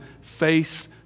face